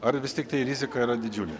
ar vis tiktai rizika yra didžiulė